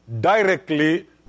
directly